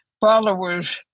followers